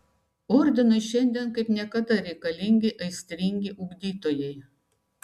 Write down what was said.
ordinui šiandien kaip niekada reikalingi aistringi ugdytojai